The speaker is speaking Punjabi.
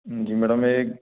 ਹਾਂਜੀ ਮੈਡਮ ਇਹ